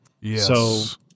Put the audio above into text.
Yes